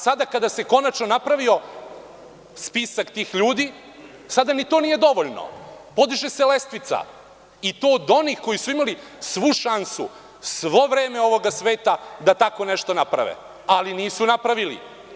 Sada, kada se konačno napravio spisak tih ljudi, ni to nije dovoljno, podiže se lestvica i to od onih koji su imali svu šansu, sve vreme ovoga sveta da tako nešto naprave, ali nisu napravili.